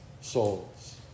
souls